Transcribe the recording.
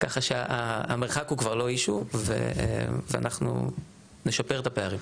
ככה שהמרחק הוא כבר לא אישיו ואנחנו נשפר את הפערים.